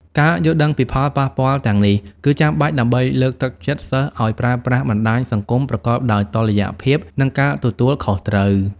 ការយល់ដឹងពីផលប៉ះពាល់ទាំងនេះ គឺចាំបាច់ដើម្បីលើកទឹកចិត្តសិស្សឱ្យប្រើប្រាស់បណ្ដាញសង្គមប្រកបដោយតុល្យភាព និងការទទួលខុសត្រូវ។